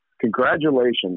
Congratulations